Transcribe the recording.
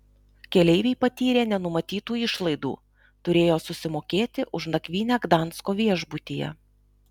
keleiviai patyrė nenumatytų išlaidų turėjo susimokėti už nakvynę gdansko viešbutyje